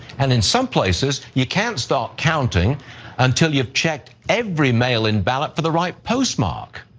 and in some places, you can't start counting until you've checked every mail in ballot, for the right postmark.